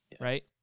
Right